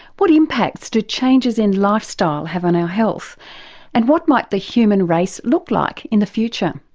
what impacts do changes in lifestyle have on our health and what might the human race look like in the future?